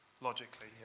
logically